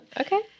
Okay